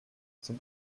zum